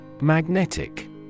Magnetic